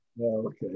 Okay